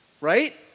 Right